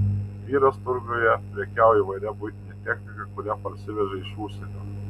vyras turguje prekiauja įvairia buitine technika kurią parsiveža iš užsienio